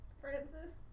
Francis